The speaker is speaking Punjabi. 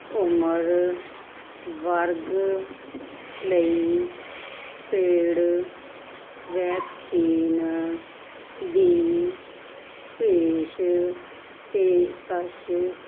ਉਮਰ ਵਰਗ ਲਈ ਪੇਡ ਵੈਕਸੀਨ ਦੀ ਪੇਸ਼ਕਸ਼